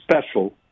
special